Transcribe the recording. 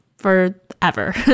Forever